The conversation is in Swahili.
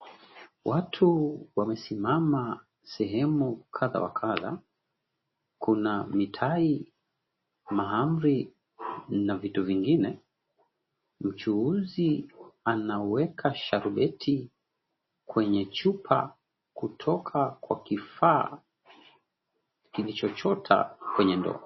Watu wamesimama sehemu kadha wa kadha. Kuna mitai, mahamri na vitu vingine. Mchuuzi anaweka sharubeti kwenye chupa kutoka kwa kifaa kilichochota kwenye ndoo.